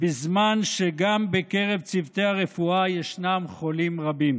בזמן שגם בקרב צוותי הרפואה ישנם חולים רבים.